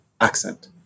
accent